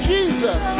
Jesus